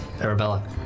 Arabella